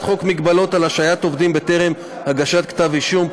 חוק מגבלות על השעיית עובדים בטרם הגשת כתב אישום,